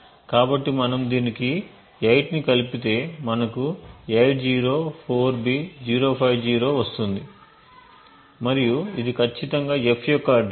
కాబట్టి మనం దీనికి 8 ని కలిపితే మనకు 804B050 వస్తుంది మరియు ఇది ఖచ్చితంగా f యొక్క అడ్రస్